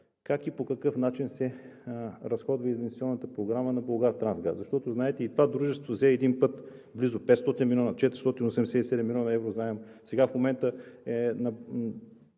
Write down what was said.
как и по какъв начин се разходва инвестиционната програма на „Булгартрансгаз“, защото знаете, и това дружество взе един път близо 500 милиона – 487 млн. евро заем,